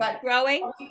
Growing